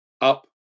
up